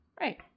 right